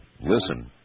listen